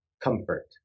comfort